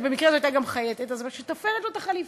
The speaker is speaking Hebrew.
במקרה זו הייתה גם חייטת, שתופרת לו את החליפה.